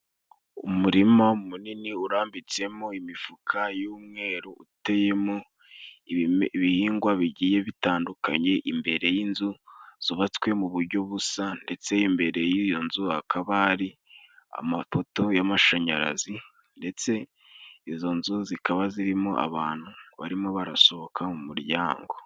Umurima munini urambitsemo imifuka y'umweru, uteyemo ibihingwa bigiye bitandukanye imbere y'inzu zubatswe mu buryo busa. Ndetse imbere y'iyo nzu hakaba hari amapoto y'amashanyarazi, ndetse izo nzu zikaba zirimo abantu barimo barasohoka mu muryango.